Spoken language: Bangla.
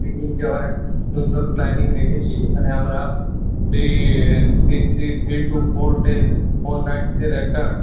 সিকিম যাওয়ার একটা সুন্দর প্ল্যানিং রেখেছি এখানে আমরা three three three three two four day four নাইটসের একটা